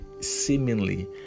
seemingly